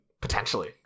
Potentially